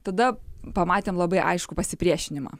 tada pamatėm labai aiškų pasipriešinimą